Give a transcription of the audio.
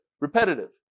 repetitive